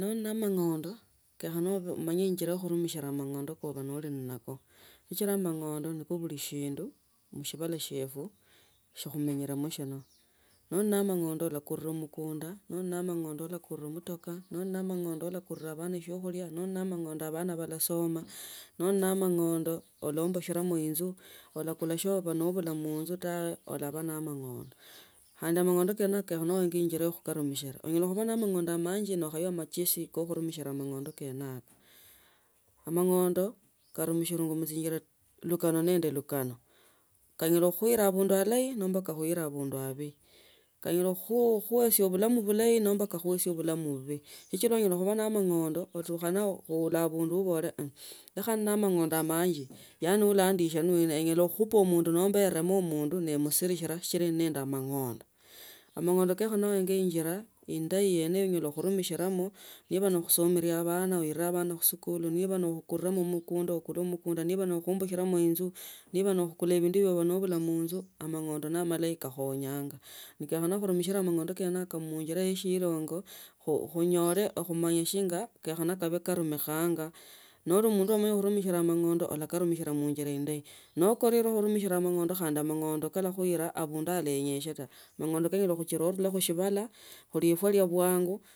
No li ne amang’onda kenyakha umanye injilaya karumishila mang’onda kli nako sichila mang’onda ndio buli shindu mushibala shiefwe shio khumenye lemo shirionoli nende amang’onda ulakolera mtakaa noli na amang’onda ulakulila abana shiokhulia noli na amang’onda abana balasoma noli ne amang’onda olaombolekha inzu ulakula shioli nobula munzu tawe olaba ne obunyole khandi amang’onda kene kenya njungile khukhenimishola noli ne amang’onda manji na okwaywe amachesi ko khurumishela amang’onda kene yako amang’onda kanumishlwanga muchinjila lukana nende lukana kanyala kukhwila abundu alayi nomba kakhuile abadu abi kenyala khukhuesia bulamu bulayi nomba kakhuesie bulamu bubii sichila anyala khubasena amang’onda ne usukhana oole abundu obole ne kandi noli na amang’onda manji yaani ulaandishia ni wina anyala khukhupa omundu nomba anime omundu na amshitikhila shinga ne amang’onda. Amang’onda kenya uenge injila indayi yene yonyala khurumishilamo niba ni khusemelia bana muskuli niba ni khulamo mukundu ukulemo niba ni khuombela khamo inzu niba nikhukula bindu ba inzu amang’onda ne amalayi kakhonyanga kabida ne khurumishala amang’onda khunjila ya eshilango khunyole ekhumanya shinga kabe karumikhanga noba omundu wamanya khurumishila amang’onda alakarumishila khuinjila indayi nokerwa khurumishila amang’onda khandi amang’onda kalakhuila abundu olenyesie taa mang’onda. Kanyala khuchira arule khusibala lifwe lwa bwanyu.